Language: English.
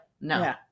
no